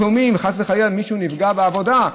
ואם חס וחלילה מישהו נפגע בעבודה,